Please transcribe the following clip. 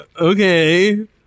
Okay